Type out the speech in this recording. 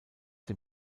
dem